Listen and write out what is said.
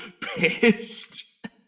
pissed